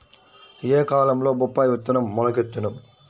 ఏ కాలంలో బొప్పాయి విత్తనం మొలకెత్తును?